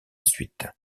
suite